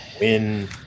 win